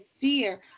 fear